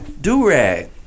Do-rag